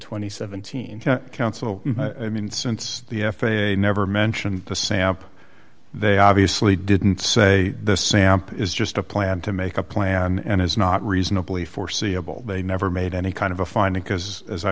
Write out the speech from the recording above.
and seventeen council i mean since the f a a never mentioned the samp they obviously didn't say the samp is just a plan to make a plan and is not reasonably foreseeable they never made any kind of a finding because as i